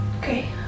Okay